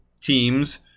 teams